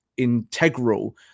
integral